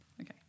Okay